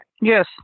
Yes